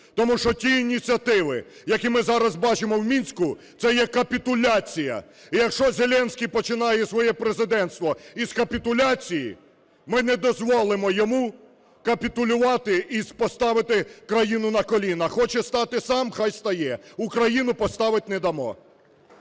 Тому що ті ініціативи, які ми зараз бачимо у Мінську, це є капітуляція. І якщо Зеленський починає своє президентство із капітуляції, ми не дозволимо йому капітулювати і поставити країну на коліна. Хоче стати сам – хай стає. Україну поставити не дамо.